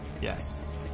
Yes